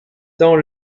dans